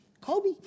Kobe